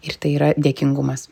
ir tai yra dėkingumas